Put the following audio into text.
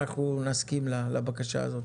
אנחנו נסכים לבקשה הזאת.